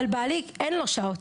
אבל לבעלי אין שעות,